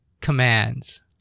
commands